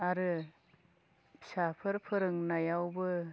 आरो फिसाफोर फोरोंनायावबो